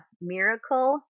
Miracle